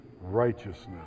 righteousness